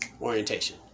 orientation